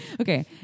Okay